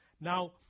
Now